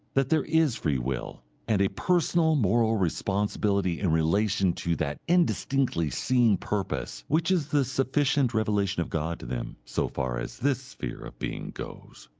that there is free will and a personal moral responsibility in relation to that indistinctly seen purpose which is the sufficient revelation of god to them so far as this sphere of being goes.